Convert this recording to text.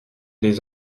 des